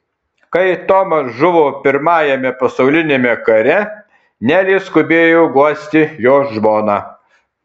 kai tomas žuvo pirmajame pasauliniame kare nelė skubėjo guosti jo žmoną